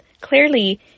clearly